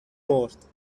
مرد